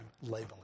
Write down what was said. labeling